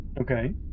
Okay